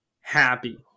happy